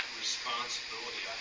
responsibility